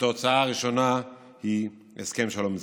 והתוצאה הראשונה היא הסכם שלום זה.